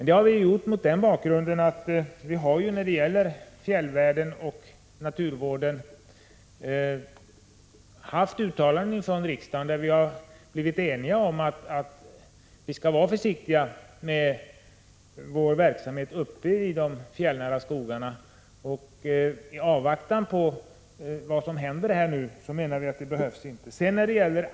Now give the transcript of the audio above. Det har vi gjort mot den bakgrunden att riksdagen, när det gäller fjällvärlden och naturvården, enats om uttalanden om att vi skall vara försiktiga med verksamheter i de fjällnära skogarna. I avvaktan på vad som nu händer menar vi att ytterligare åtgärder inte behövs.